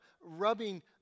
rubbing